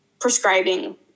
prescribing